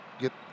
get